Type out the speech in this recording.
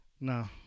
No